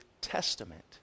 Testament